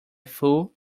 fool